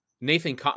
Nathan